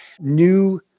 new